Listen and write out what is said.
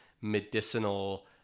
medicinal